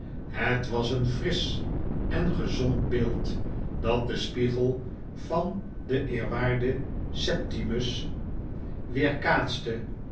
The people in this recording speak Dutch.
het was een frisch en gezond beeld dat de spiegel van den eerwaarden septimus weerkaatste